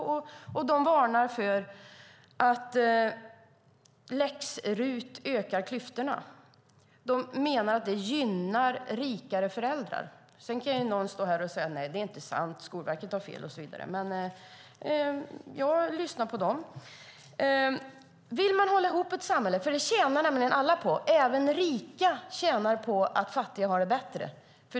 Skolverket varnar för att läx-RUT ökar klyftorna. Det menar att det gynnar rikare föräldrar. Sedan kan någon stå här och säga: Det är inte sant, Skolverket har fel och så vidare. Men jag lyssnar på dem. Alla tjänar på att man håller ihop ett samhälle. Även rika tjänar på att fattiga har det bättre.